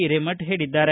ಹಿರೇಮಠ ಹೇಳಿದ್ದಾರೆ